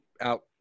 out